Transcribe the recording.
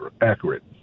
accurate